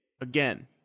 Again